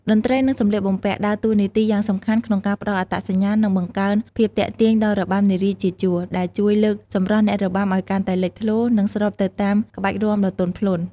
តន្ត្រី និងសម្លៀកបំពាក់ ដើរតួនាទីយ៉ាងសំខាន់ក្នុងការផ្តល់អត្តសញ្ញាណ និងបង្កើនភាពទាក់ទាញដល់របាំនារីជាជួរ ដែលជួយលើកសម្រស់អ្នករបាំឱ្យកាន់តែលេចធ្លោ និងស្របទៅតាមក្បាច់រាំដ៏ទន់ភ្លន់។